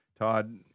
Todd